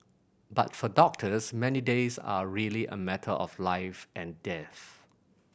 but for doctors many days are really a matter of life and death